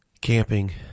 camping